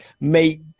make